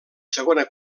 segona